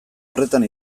horretan